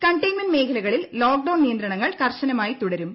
containment മേഖലകളിൽ lockdown നിയന്ത്രണങ്ങൾ കർശനമായി തുടരും